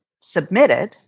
submitted